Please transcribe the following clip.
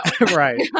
Right